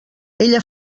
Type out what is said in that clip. ella